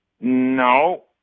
No